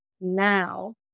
now